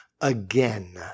again